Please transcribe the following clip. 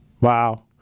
Wow